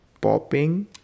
popping